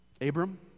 Abram